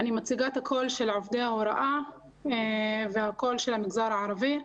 אני מציגה את הקול של עובדי ההוראה והקול של המגזר הערבי.